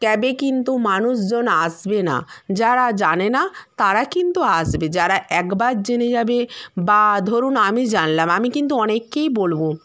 ক্যাবে কিন্তু মানুষজন আসবে না যারা জানে না তারা কিন্তু আসবে যারা একবার জেনে যাবে বা ধরুন আমি জানলাম আমি কিন্তু অনেককেই বলবো